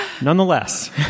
Nonetheless